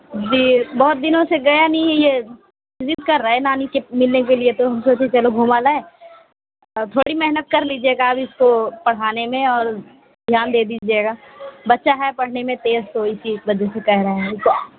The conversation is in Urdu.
جی بہت دنوں سے گیا نہیں ہے یہ ضد کر رہا ہے نانی کے ملنے کے لیے تو ہم سوچے چلو گھما لائیں تھوڑی محنت کر دیجیے گا اب اس کو پڑھانے میں اور دھیان دے دیجیے گا بچہ ہے پڑھنے میں تیز تو اسی وجہ سے کہہ رہے ہیں